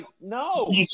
no